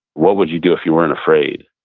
what would you do if you weren't afraid?